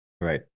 Right